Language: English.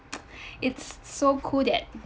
it's so cool that